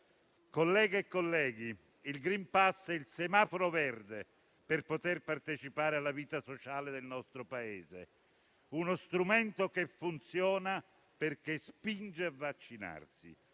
colleghe e colleghi, il *green pass* è il semaforo verde per poter partecipare alla vita sociale del Paese, uno strumento che funziona, perché spinge a vaccinarsi.